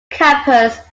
campus